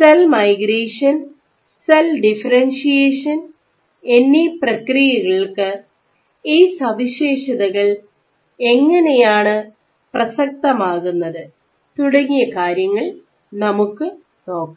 cell migration cell differentiation എന്നീ പ്രക്രിയകൾക്ക് ഈ സവിശേഷതകൾ എങ്ങനെയാണ് പ്രസക്തമാകുന്നത് തുടങ്ങിയ കാര്യങ്ങൾ നമുക്ക് നോക്കാം